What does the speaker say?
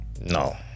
No